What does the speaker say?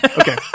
Okay